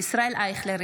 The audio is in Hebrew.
ישראל אייכלר,